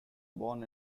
born